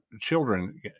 children